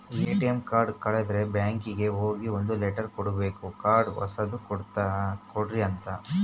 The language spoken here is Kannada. ಎ.ಟಿ.ಎಮ್ ಕಾರ್ಡ್ ಕಳುದ್ರೆ ಬ್ಯಾಂಕಿಗೆ ಹೋಗಿ ಒಂದ್ ಲೆಟರ್ ಕೊಡ್ಬೇಕು ಕಾರ್ಡ್ ಹೊಸದ ಕೊಡ್ರಿ ಅಂತ